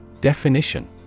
Definition